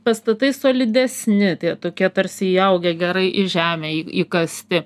pastatai solidesni tie tokie tarsi įaugę gerai į žemę į įkasti